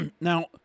Now